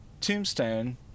tombstone